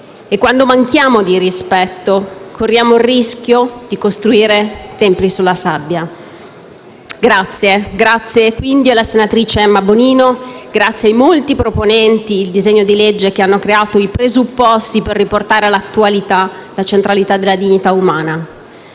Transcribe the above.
e quando manchiamo di rispetto, corriamo il rischio di costruire templi sulla sabbia. Grazie quindi alla senatrice Emma Bonino e ai molti proponenti la mozione, che hanno creato i presupposti per riportare all'attualità la centralità della dignità umana.